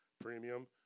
premium